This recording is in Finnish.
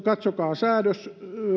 katsokaa säädös